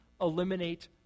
eliminate